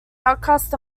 outcast